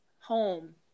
home